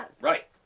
Right